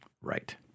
Right